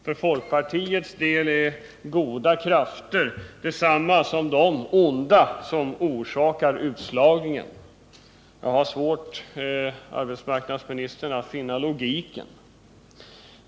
För folkpartiet är ”goda krafter” detsamma som de onda krafter som orsakar utslagningen m.m. Jag har svårt, herr arbetsmarknadsminister, att finna logiken.